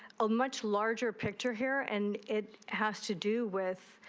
a much larger picture here and it has to do with.